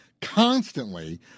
constantly